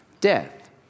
death